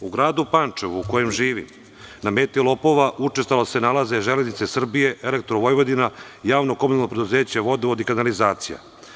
U gradu Pančevu, u kojem živim, na meti lopova, učestalo se nalaze „Železnice Srbije“, „Elektrovojvodina“, JP „Vodovod i kanalizacija“